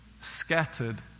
scattered